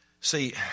See